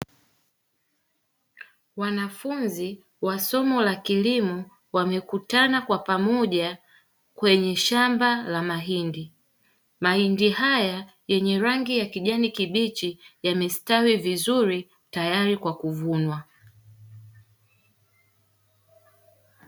Wanafunzi wa somo la kilimo wamekutana pamoja kwenye shamba la mahindi, mahindi hayo yakiwa na rangi ya kijani kibichi na mistari iliyopangwa vizuri, tayari kwa kuvunwa.